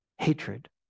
Hatred